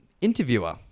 interviewer